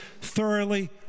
thoroughly